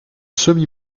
semi